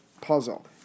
puzzle